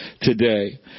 today